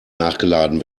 nachgeladen